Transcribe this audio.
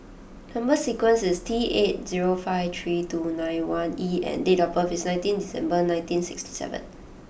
number sequence is T eight zero five three two nine one E and date of birth is nineteen December nineteen sixty seven